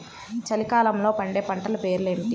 చలికాలంలో పండే పంటల పేర్లు ఏమిటీ?